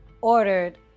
ordered